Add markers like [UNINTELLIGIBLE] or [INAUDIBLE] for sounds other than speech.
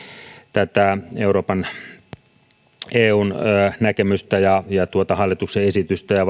tätä eun näkemystä ja ja tuota hallituksen esitystä ja [UNINTELLIGIBLE]